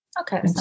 Okay